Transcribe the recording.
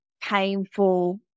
painful